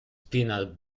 peanut